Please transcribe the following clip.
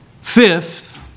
Fifth